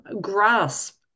grasp